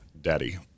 daddy